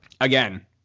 again